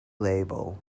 label